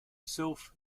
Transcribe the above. self